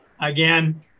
again